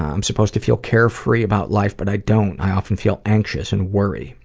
i'm supposed to feel carefree about life but i don't. i often feel anxious and worried.